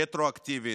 רטרואקטיבית.